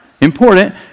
Important